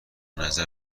نظر